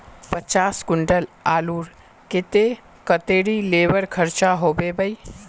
पचास कुंटल आलूर केते कतेरी लेबर खर्चा होबे बई?